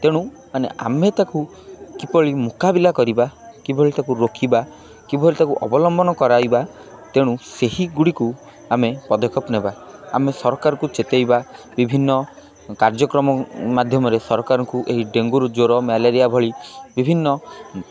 ତେଣୁ ମାନେ ଆମେ ତାକୁ କିଭଳି ମୁକାବିଲା କରିବା କିଭଳି ତାକୁ ରୋକିବା କିଭଳି ତାକୁ ଅବଲମ୍ବନ କରାଇବା ତେଣୁ ସେହିଗୁଡ଼ିକୁ ଆମେ ପଦକ୍ଷେପ ନେବା ଆମେ ସରକାରଙ୍କୁ ଚେତେଇବା ବିଭିନ୍ନ କାର୍ଯ୍ୟକ୍ରମ ମାଧ୍ୟମରେ ସରକାରଙ୍କୁ ଏହି ଡେଙ୍ଗୁର ଜ୍ୱର ମ୍ୟାଲେରିଆ ଭଳି ବିଭିନ୍ନ